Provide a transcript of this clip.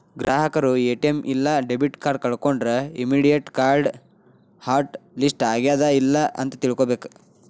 ಗ್ರಾಹಕರು ಎ.ಟಿ.ಎಂ ಇಲ್ಲಾ debit card ಕಳ್ಕೊಂಡ್ರ ಇಮ್ಮಿಡಿಯೇಟ್ ಕಾರ್ಡ್ ಹಾಟ್ ಲಿಸ್ಟ್ ಆಗ್ಯಾದ ಇಲ್ಲ ಅಂತ ತಿಳ್ಕೊಬೇಕ್